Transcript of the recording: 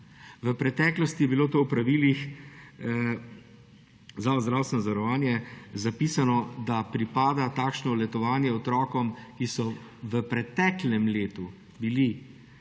V preteklosti je bilo v pravilih Zavoda za zdravstveno zavarovanje zapisano, da pripada takšno letovanje otrokom, ki so bili v preteklem letu